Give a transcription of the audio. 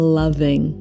loving